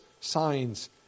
signs